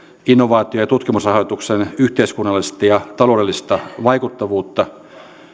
innovaatio ja tutkimusrahoituksen yhteiskunnallista ja taloudellista vaikuttavuutta